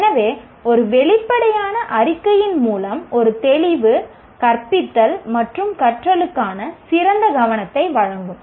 எனவே ஒரு வெளிப்படையான அறிக்கையின் மூலம் ஒரு தெளிவு கற்பித்தல் மற்றும் கற்றலுக்கான சிறந்த கவனத்தை வழங்கும்